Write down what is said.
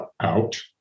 out